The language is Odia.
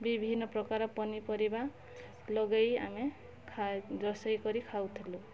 ବିଭିନ୍ନ ପ୍ରକାର ପନିପରିବା ଲଗାଇ ଆମେ ଖାଇ ରୋଷେଇ କରି ଖାଉଥିଲୁ